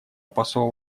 посол